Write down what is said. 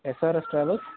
SRS travels